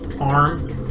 arm